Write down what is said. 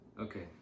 Okay